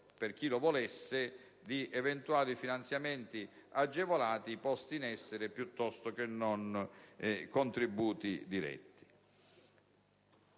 per chi lo volesse, di eventuali finanziamenti agevolati posti in essere in vece di contributi diretti.